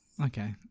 Okay